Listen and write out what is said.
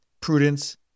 Prudence